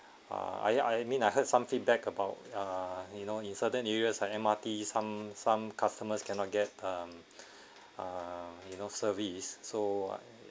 ah ya I mean I heard some feedback about uh you know in certain areas like M_R_T some some customers cannot get um uh you know service so